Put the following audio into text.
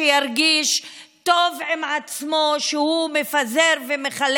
שירגיש טוב עם עצמו שהוא מפזר ומחלק